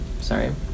sorry